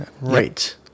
right